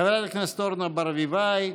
חברת הכנסת אורנה ברביבאי.